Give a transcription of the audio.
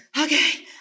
okay